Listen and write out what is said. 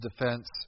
defense